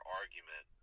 argument